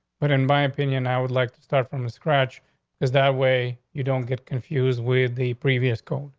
but in my opinion, i would like to start from scratch is that way. you don't get confused with the previous code.